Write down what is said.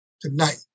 tonight